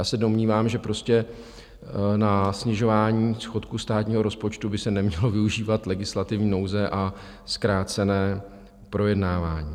Já se domnívám, že prostě na snižování schodku státního rozpočtu by se nemělo využívat legislativní nouze a zkrácené projednávání.